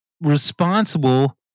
responsible